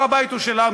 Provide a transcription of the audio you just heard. הר-הבית הוא שלנו,